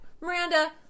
Miranda